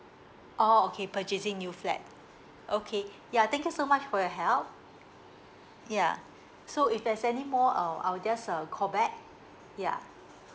oh okay purchasing new flat okay ya thank you so much for your help yeah so if there's any more uh I'll just uh call back yeah